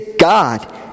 God